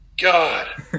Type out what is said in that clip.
god